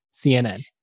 cnn